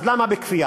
אז למה בכפייה?